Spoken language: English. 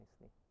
nicely